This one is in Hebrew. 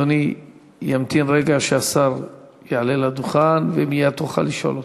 אדוני ימתין רגע שהשר יעלה לדוכן ומייד תוכל לשאול אותו.